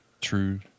True